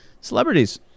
celebrities